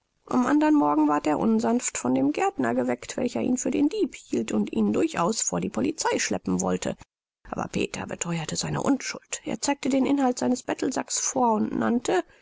am andern morgen ward er unsanft von dem gärtner geweckt welcher ihn für den dieb hielt und ihn durchaus vor die polizei schleppen wollte aber peter betheuerte seine unschuld er zeigte den inhalt seines bettelsacks vor und nannte